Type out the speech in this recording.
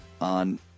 on